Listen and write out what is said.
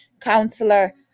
counselor